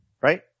right